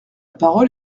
parole